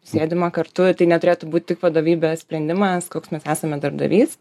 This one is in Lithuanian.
sėdima kartu tai neturėtų būt tik vadovybės sprendimas koks mes esame darbdavys